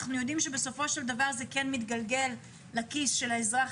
אנחנו יודעים שבסופו של דבר זה כן מתגלגל לכיס של האזרח